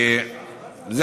בבקשה.